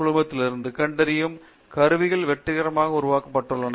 குழுமத்திலிருந்து கண்டறியும் கருவிகள் வெற்றிகரமான உருவாக்கப்படுகிறது